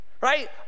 Right